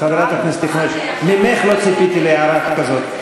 חברת הכנסת יחימוביץ, ממך לא ציפיתי להערה כזאת.